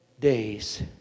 days